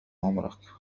عمرك